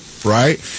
Right